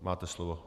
Máte slovo.